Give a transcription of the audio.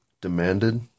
demanded